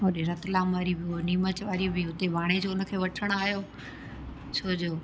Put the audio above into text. होॾे रतलाम वारी बि नीमच वारी बि उते भाणेजो हुन खे वठण आहियो छो जो